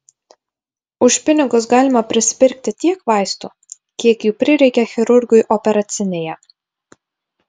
už pinigus galima prisipirkti tiek vaistų kiek jų prireikia chirurgui operacinėje